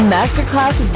Masterclass